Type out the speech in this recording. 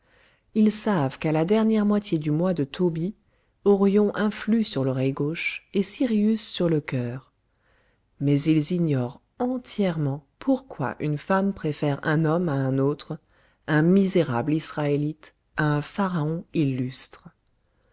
ils savent qu'à la dernière moitié du mois de tôbi orion influe sur l'oreille gauche et sirius sur le cœur mais ils ignorent entièrement pourquoi une femme préfère un homme à un autre un misérable israélite à un pharaon illustre